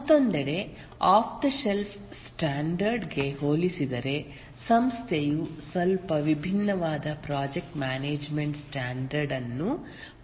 ಮತ್ತೊಂದೆಡೆ off the shelf standard ಗೆ ಹೋಲಿಸಿದರೆ ಸಂಸ್ಥೆಯು ಸ್ವಲ್ಪ ವಿಭಿನ್ನವಾದ ಪ್ರಾಜೆಕ್ಟ್ ಮ್ಯಾನೇಜ್ಮೆಂಟ್ ಸ್ಟ್ಯಾಂಡರ್ಡ್ ಅನ್ನು ಹೊಂದಿರಬಹುದು